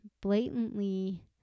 blatantly